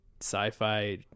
sci-fi